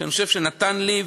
שאני חושב שזה נתן לי,